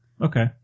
Okay